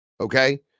Okay